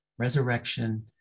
Resurrection